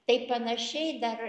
tai panašiai dar